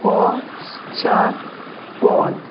পশ্চাৎপদ